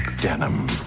denim